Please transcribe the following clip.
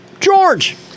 George